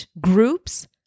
groups